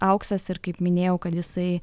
auksas ir kaip minėjau kad jisai